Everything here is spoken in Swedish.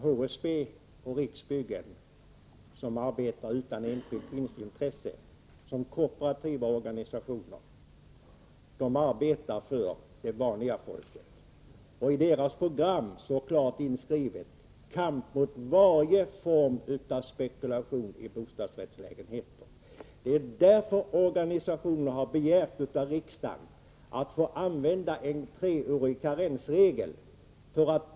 HSB och Riksbyggen arbetar utan enskilt vinstintresse, som kooperativa organisationer. De arbetar för det vanliga folket. I deras program står klart inskrivet: Kamp mot varje form av spekulation i bostadsrättslägenheter. Det är därför organisationerna har begärt av riksdagen att få använda en treårig karensregel.